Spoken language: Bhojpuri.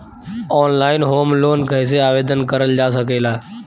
ऑनलाइन होम लोन कैसे आवेदन करल जा ला?